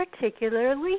particularly